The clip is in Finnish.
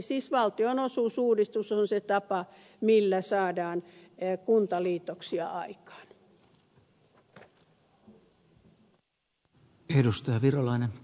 siis valtionosuusuudistus on se tapa millä saadaan kuntaliitoksia aikaan